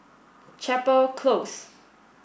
Chapel Close